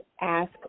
ask